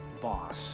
boss